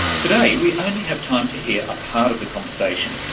today we only have time to hear a part of the conversation.